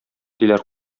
диләр